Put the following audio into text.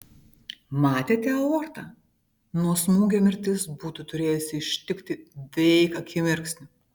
matėte aortą nuo smūgio mirtis būtų turėjusi ištikti veik akimirksniu